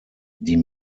die